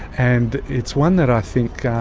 and it's one that i think, i